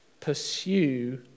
pursue